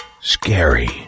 scary